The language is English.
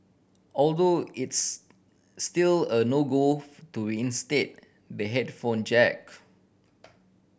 although it's still a no go to instate the headphone jack